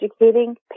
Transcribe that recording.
educating